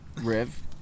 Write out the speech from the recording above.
Rev